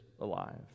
alive